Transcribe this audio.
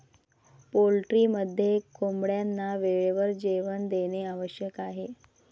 पोल्ट्रीमध्ये कोंबड्यांना वेळेवर जेवण देणे आवश्यक आहे